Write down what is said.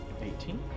eighteen